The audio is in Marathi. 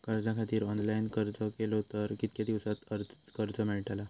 कर्जा खातीत ऑनलाईन अर्ज केलो तर कितक्या दिवसात कर्ज मेलतला?